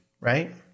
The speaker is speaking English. right